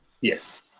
yes